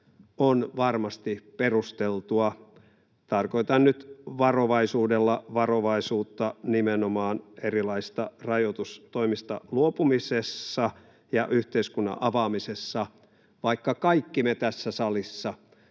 on varmasti perusteltua. Tarkoitan nyt varovaisuudella varovaisuutta nimenomaan erilaisista rajoitustoimista luopumisessa ja yhteiskunnan avaamisessa, vaikka kaikki me tässä salissa